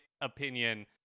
opinion